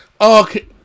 Okay